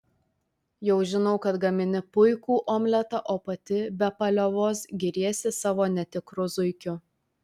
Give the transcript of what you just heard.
jau žinau kad gamini puikų omletą o pati be paliovos giriesi savo netikru zuikiu